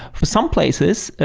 for some places,